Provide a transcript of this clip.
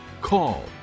call